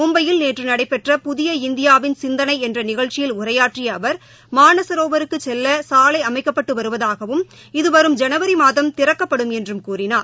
மும்பையில் நேற்றுநடைபெற்ற புதிய இந்தியாவின் சிந்தனைஎன்றநிகழ்ச்சியில் உரையாற்றியஅவர் மானசரோவருக்குசெல்லசாலைஅமைக்கப்பட்டுவருவதாகவும் இது வரும் ஜனவரிமாதம் திறக்கப்படும் என்றும் கூறினார்